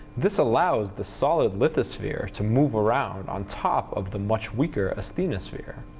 this allows the solid lithosphere to move around on top of the much weaker asthenosphere.